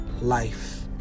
life